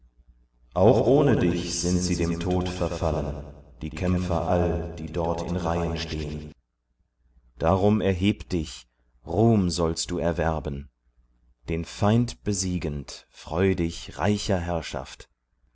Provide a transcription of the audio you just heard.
auch ohne dich sind sie dem tod verfallen die kämpfer all die dort in reihen stehen darum erheb dich ruhm sollst du erwerben den feind besiegend freu dich reicher herrschaft